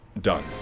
done